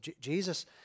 Jesus